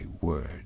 word